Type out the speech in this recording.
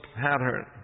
pattern